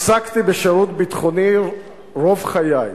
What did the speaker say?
עסקתי בשירות ביטחוני רוב חיי,